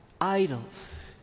Idols